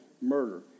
murder